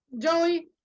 Joey